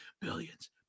billions